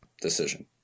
decision